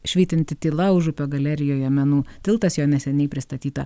švytinti tyla užupio galerijoje menų tiltas jo neseniai pristatyta